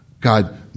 God